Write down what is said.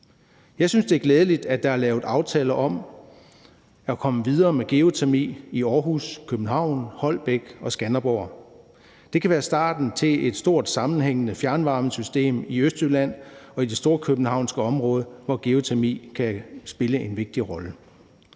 Jeg synes, det er glædeligt, at der er lavet aftaler om at komme videre med geotermi i Aarhus, København, Holbæk og Skanderborg. Det kan være starten til et stort sammenhængende fjernvarmesystem i Østjylland og i det storkøbenhavnske område, hvor geotermi kan spille en vigtig rolle.